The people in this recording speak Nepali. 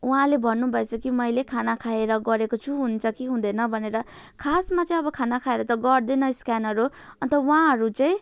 उहाँले भन्नुभएछ कि मैले खाना खाएर गरेको छु हुन्छ कि हुँदैन भनेर खासमा चाहिँ अब खाना खाएर त गर्दैन स्क्यानहरू अन्त उहाँहरू चाहिँ